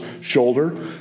shoulder